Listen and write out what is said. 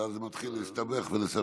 ואז זה מתחיל להסתבך ולסבך.